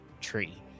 tree